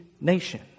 nation